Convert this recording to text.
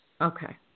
Okay